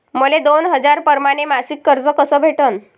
मले दोन हजार परमाने मासिक कर्ज कस भेटन?